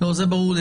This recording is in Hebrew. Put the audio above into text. זה ברור לי.